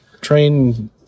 train